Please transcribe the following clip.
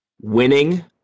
Winning